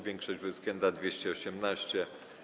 Większość bezwzględna - 218.